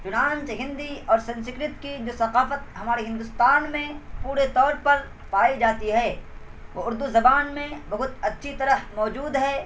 چنانچہ ہندی اور سنسکرت کی جو ثقافت ہمارے ہندوستان میں پورے طور پر پائی جاتی ہے وہ اردو زبان میں بہت اچھی طرح موجود ہے